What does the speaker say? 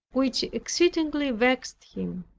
which exceedingly vexed him.